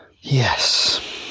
yes